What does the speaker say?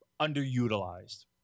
underutilized